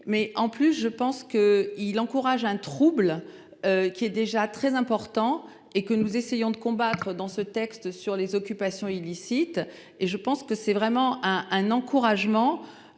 mais en plus je pense qu'il encourage un trouble. Qui est déjà très important et que nous essayons de combattre dans ce texte sur les occupations illicites et je pense que c'est vraiment un, un encouragement.